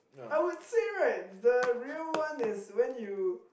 I would say right the real one is when you